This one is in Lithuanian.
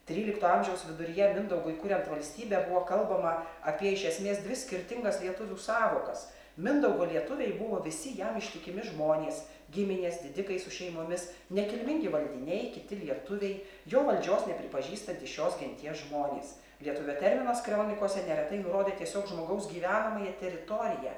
trylikto amžiaus viduryje mindaugui kuriant valstybę buvo kalbama apie iš esmės dvi skirtingas lietuvių sąvokas mindaugo lietuviai buvo visi jam ištikimi žmonės giminės didikai su šeimomis nekilmingi valdiniai kiti lietuviai jo valdžios nepripažįstantys šios genties žmonės lietuvio terminas krionikose neretai rodė tiesiog žmogaus gyvenamąją teritoriją